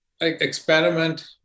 experiment